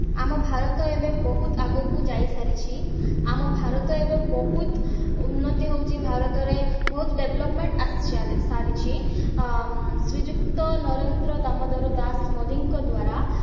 ଆମ ଭାରତ ଏବେ ବହୁତ ଆଗକୁ ଯାଇସାରିଛି ଆମ ଭାରତ ଏବେ ବହୁତ ଉନ୍ନତି ହେଉଛି ଭାରତରେ ବହୁତ ଡେଭ୍ଲପ୍ମେଣ୍ଟ୍ ଆସିସାରିଛି ଶ୍ରୀଯୁକ୍ତ ନରେନ୍ଦ୍ର ଦାମଦର ଦାସ ମୋଦୀଙ୍କ ଦ୍ୱାରା